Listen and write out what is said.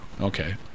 Okay